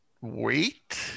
wait